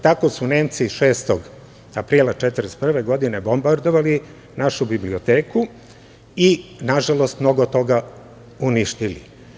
Tako su Nemci 6. aprila 1941. godine bombardovali našu biblioteku i nažalost mnogo toga uništili.